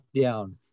down